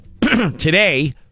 today